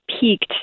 peaked